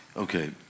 Okay